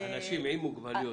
אנשים עם מוגבלויות.